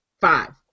Five